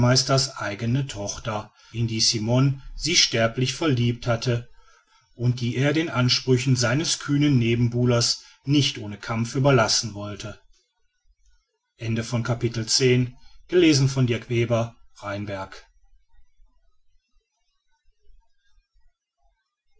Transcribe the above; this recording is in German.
bürgermeisters eigene tochter in die simon sich sterblich verliebt hatte und die er den ansprüchen seines kühnen nebenbuhlers nicht ohne kampf überlassen wollte